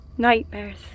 Nightmares